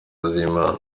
z’imana